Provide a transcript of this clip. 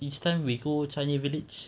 this time we go changi village